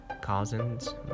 cousins